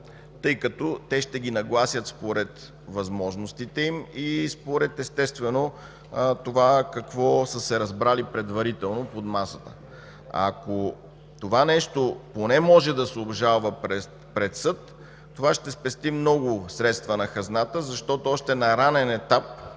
тъй като ще ги нагласят според възможностите им и, естествено, според това какво са се разбрали предварително под масата. Ако това нещо може да се обжалва пред съд, това ще спести много средства на хазната, защото още на ранен етап